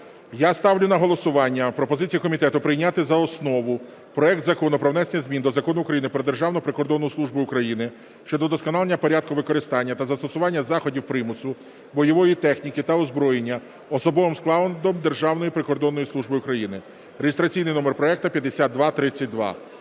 Я ставлю на голосування пропозицію комітету прийняти за основу проект Закону про внесення змін до Закону України "Про Державну прикордонну службу України" щодо вдосконалення порядку використання та застосування заходів примусу, бойової техніки та озброєння особовим складом Державної прикордонної служби України (реєстраційний номер проекту 5232).